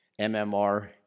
MMR